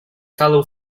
fellow